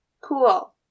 Cool